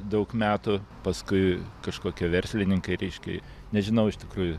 daug metų paskui kažkokie verslininkai reiškia nežinau iš tikrųjų